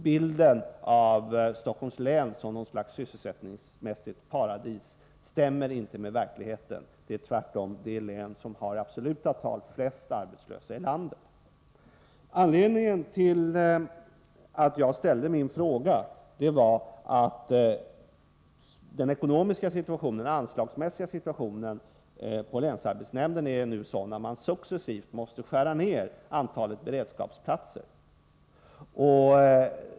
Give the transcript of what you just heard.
Bilden av Stockholms län som något slags sysselsättningsmässigt paradis stämmer inte med verkligheten. Det är tvärtom det län som i absoluta tal har flest arbetslösa i landet. Anledningen till att jag ställde min fråga var att den ekonomiska situationen, den anslagsmässiga situationen, på länsarbetsnämnden nu är sådan att man successivt måste skära ned antalet beredskapsplatser.